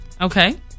Okay